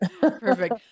Perfect